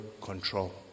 control